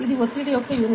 ఇది ఒత్తిడి యొక్క యూనిట్